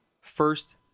first